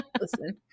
listen